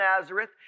Nazareth